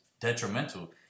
detrimental